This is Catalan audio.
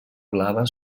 blava